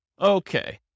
Okay